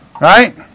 Right